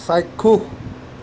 চাক্ষুষ